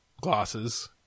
glasses